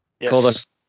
Yes